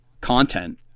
content